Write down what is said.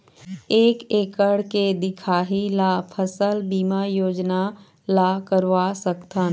एक एकड़ के दिखाही ला फसल बीमा योजना ला करवा सकथन?